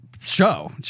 show